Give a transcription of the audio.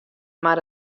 mar